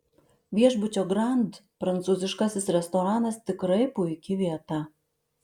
viešbučio grand prancūziškasis restoranas tikrai puiki vieta